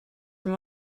from